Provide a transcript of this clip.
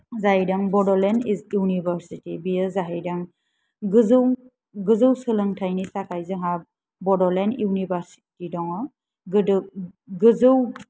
जाय दं बडलेण्ड इउनिभार्सिति बेयो जाहैदों गोजौ गोजौ सोलोंथाइनि थाखाय जोंहा बडलेण्ड इउनिभार्सिति दङ गोदो गोजौ